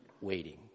waiting